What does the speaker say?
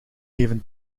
even